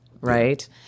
right